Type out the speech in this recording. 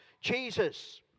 Jesus